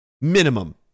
Minimum